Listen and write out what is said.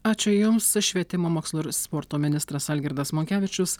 ačiū jums švietimo mokslo ir sporto ministras algirdas monkevičius